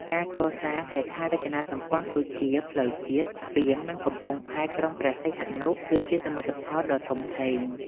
ការកសាងហេដ្ឋារចនាសម្ព័ន្ធដូចជា ផ្លូវជាតិ ស្ពាន និងកំពង់ផែក្រុងព្រះសីហនុ គឺជាសមិទ្ធផលដ៏ធំធេង។